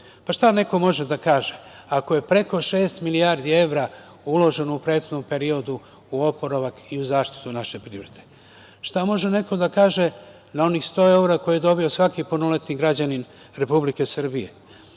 Šta neko može da kaže ako je preko šest milijardi evra uloženo u prethodnom periodu u oporavak i zaštitu naše privrede? Šta može neko da kaže na onih 100 evra koje je dobio svaki punoletni građanin Republike Srbije?